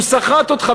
והוא סחט אותך,